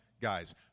guys